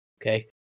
okay